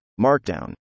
Markdown